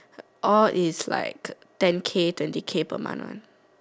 all is like ten K twenty K per month one